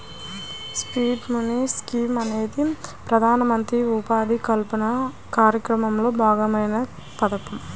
seed money scheme అనేది ప్రధానమంత్రి ఉపాధి కల్పన కార్యక్రమంలో భాగమైన పథకం